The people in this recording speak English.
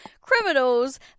criminals